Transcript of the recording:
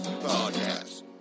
Podcast